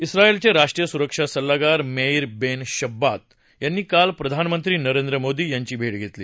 ा झायलचे राष्ट्रीय सुरक्षा सल्लागार मेईर बेन शब्बात यांनी काल प्रधानमंत्री नरेन्द्र मोदी यांची भेट घेतली